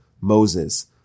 Moses